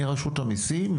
מרשות המיסים,